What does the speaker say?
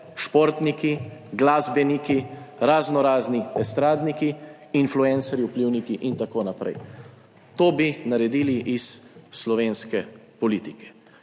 športniki glasbeniki, razno razni estradniki, influencerji, vplivniki in tako naprej, to bi naredili iz slovenske politike.